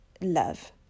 love